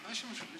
אין בושה.